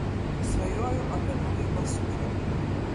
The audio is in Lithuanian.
svajoju apie naują basūchą